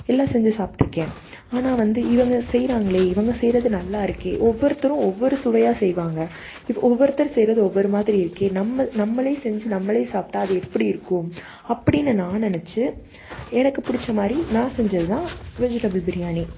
எல்லாம் செஞ்சு சாப்பிட்ருக்கேன் ஆனால் வந்து இவங்க செய்யிறாங்களே இவங்க செய்யிறது நல்லா இருக்கே ஒவ்வொருத்தரும் ஒவ்வொரு சுவையாக செய்வாங்க இவ ஒவ்வொருத்தரும் செய்யிறது ஒவ்வொரு மாதிரி இருக்கே நம்ம நம்மளே செஞ்சு நம்மளே சாப்பிட்டா அது எப்படி இருக்கும் அப்படினு நான் நெனச்சு எனக்கு புடிச்ச மாதிரி நான் செஞ்சது தான் வெஜிடபுள் பிரியாணி